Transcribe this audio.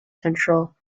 central